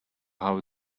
how